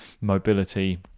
mobility